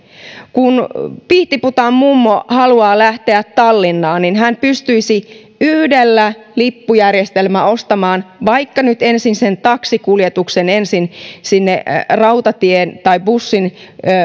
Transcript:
kun pihtiputaan mummo haluaa lähteä tallinnaan niin hän pystyisi yhdellä lippujärjestelmällä ostamaan vaikka nyt ensin taksikuljetuksen sinne rautatien tai bussin